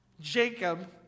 Jacob